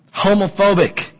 Homophobic